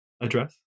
address